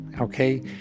okay